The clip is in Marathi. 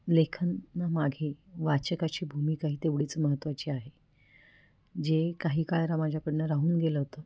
लेखन मागे वाचकाची भूमिका ही तेवढीच महत्वाची आहे जे काही काळ ना माझ्याकडून राहून गेलं होतं